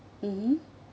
mmhmm